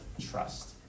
trust